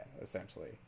essentially